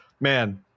man